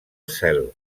cel